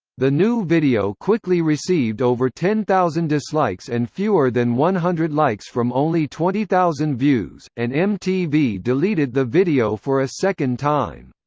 the new video quickly received over ten thousand dislikes and fewer than one hundred likes from only twenty thousand views, and mtv deleted the video for a second time.